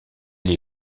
les